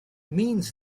means